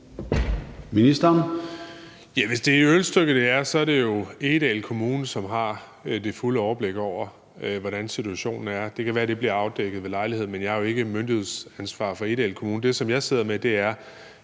Hvis det er i Ølstykke, er det jo Egedal Kommune, som har det fulde overblik over, hvordan situationen er. Det kan være, det bliver afdækket ved lejlighed. Jeg har jo ikke myndighedsansvar for Egedal Kommune. Det, som jeg sidder med, er